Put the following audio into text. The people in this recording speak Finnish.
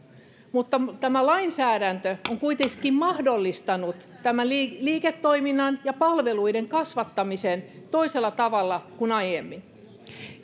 mutta tämä lainsäädäntö on kuitenkin mahdollistanut liiketoiminnan ja palveluiden kasvattamisen toisella tavalla kuin aiemmin